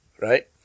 right